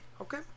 Okay